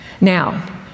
Now